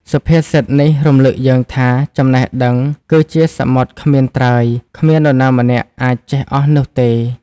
សុភាសិតនេះរំឭកយើងថា ចំណេះដឹងគឺជាសមុទ្រគ្មានត្រើយ គ្មាននរណាម្នាក់អាចចេះអស់នោះទេ។